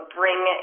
bring